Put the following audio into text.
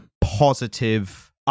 positive